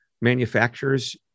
manufacturers